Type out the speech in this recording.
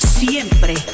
siempre